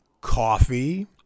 coffee